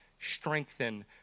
strengthen